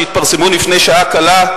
שהתפרסמו לפני שעה קלה,